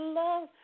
love